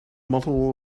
multiple